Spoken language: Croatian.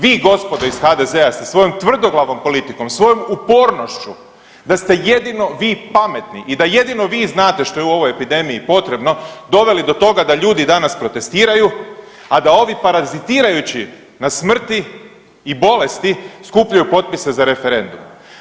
Vi gospodo iz HDZ-a ste svojom tvrdoglavom politikom, svojom upornošću da ste jedino vi pametni i da jedino vi znate što je u ovoj epidemiji potrebno doveli do toga da ljudi danas protestiraju, a da ovi parazitirajući na smrti i bolesti skupljaju potpise za referendum.